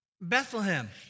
Bethlehem